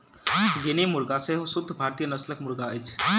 guinea मुर्गा सेहो शुद्ध भारतीय नस्लक मुर्गा अछि